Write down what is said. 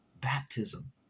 baptism